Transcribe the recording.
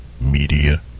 Media